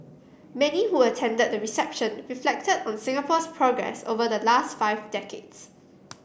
many who attended the reception reflected on Singapore's progress over the last five decades